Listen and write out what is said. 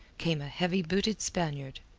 came a heavy-booted spaniard.